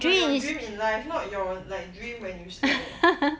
like your dream in life not your like dream when you sleep eh